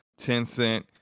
Tencent